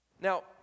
Now